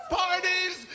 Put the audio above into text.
parties